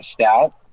Stout